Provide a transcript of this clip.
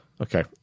Okay